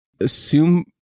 assume